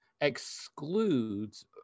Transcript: excludes